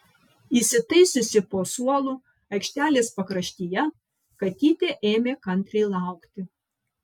įsitaisiusi po suolu aikštelės pakraštyje katytė ėmė kantriai laukti